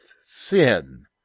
sin